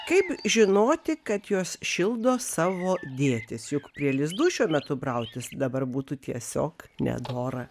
kaip žinoti kad jos šildo savo dėtis juk prie lizdų šiuo metu brautis dabar būtų tiesiog nedora